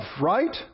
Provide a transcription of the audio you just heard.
right